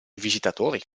visitatori